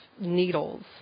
needles